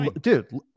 dude